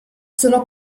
sono